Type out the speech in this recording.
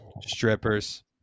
Strippers